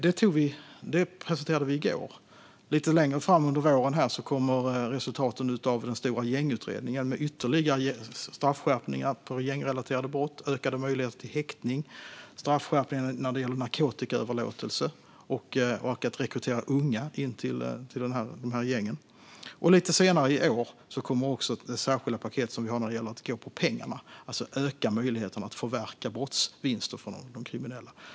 Detta presenterade vi i går. Lite längre fram under våren kommer resultaten av den stora gängutredningen med ytterligare straffskärpningar för gängrelaterade brott, ökade möjligheter till häktning, straffskärpningar när det gäller narkotikaöverlåtelser och rekrytering av unga till gängen. Lite senare i år kommer också det särskilda paket som handlar om att gå på pengarna, alltså ökade möjligheter att förverka brottsvinster från de kriminella.